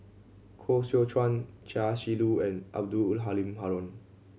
Koh Seow Chuan Chia Shi Lu and Abdul Halim Haron